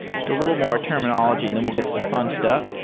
just a little more terminology and then we'll get to the fun stuff.